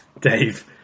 Dave